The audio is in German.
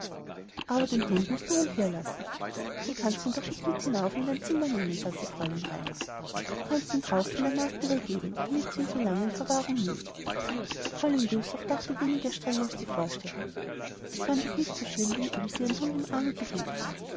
aber den hund mußt du wohl hier lassen du kannst ihn doch nicht mit hinauf in dein zimmer nehmen sagte fräulein raimar du kannst ihn draußen der magd übergeben damit sie ihn so lange in verwahrung nimmt fräulein güssow dachte weniger streng als die vorsteherin sie fand es nicht so schlimm wenn ilse ihren hund im arme behielt